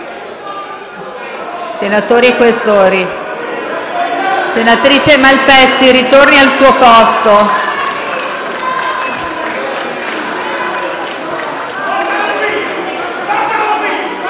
Senatori Questori... Senatrice Malpezzi, torni al suo posto.